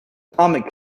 comet